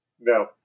No